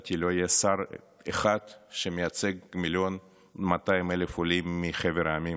לדעתי לא יהיה שר אחד שמייצג 1.2 מיליון עולים מחבר המדינות.